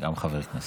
גם חבר כנסת.